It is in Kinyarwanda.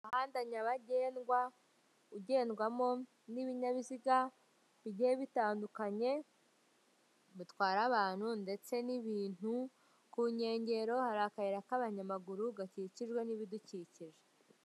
Umuhanda nyabagendwa, ugendwamo n'ibinyabiziga bigiye bitandukanye, bitwara abantu ndetse n'ibintu, ku nkengero hari akayira k'abanyamaguru gakikijwe n'ibidukikije.